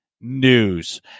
news